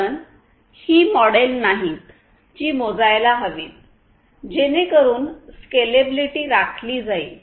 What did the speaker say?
कारण ही मॉडेल नाहीत जी मोजायला हवीत जेणेकरून स्केलेबिलिटी राखली जाईल